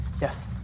Yes